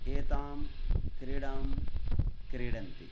एतां क्रीडां क्रीडन्ति